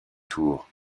tour